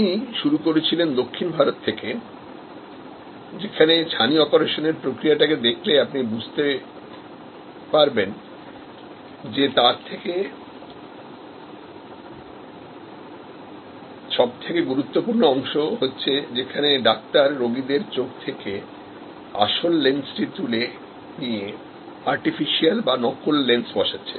উনি শুরু করেছিলেনদক্ষিণ ভারত থেকেযেখানে ছানি অপারেশনের প্রক্রিয়াটাকে দেখলে আমরা বুঝতে পারবো যে তার সব থেকে গুরুত্বপূর্ণ অংশ হচ্ছে যেখানে ডাক্তার রোগীর চোখ থেকে আসল লেন্সটি তুলে নিয়ে আর্টিফিশিয়াল বা নকল লেন্স বসাচ্ছে